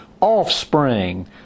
offspring